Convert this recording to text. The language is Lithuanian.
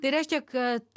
tai reiškia kad